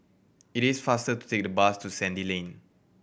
it is faster to take the bus to Sandy Lane